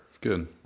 Good